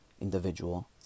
individual